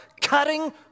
cutting